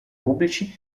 pubblici